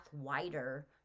wider